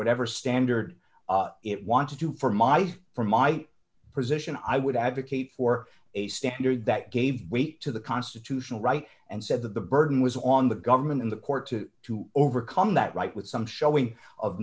whatever standard it want to do for my for my position i would advocate for a standard that gave weight to the constitutional right and said that the burden was on the government in the court to to overcome that right with some showing of